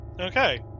Okay